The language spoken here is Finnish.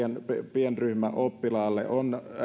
pienryhmäoppilaan kannalta ovat